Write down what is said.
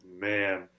man